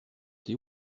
thé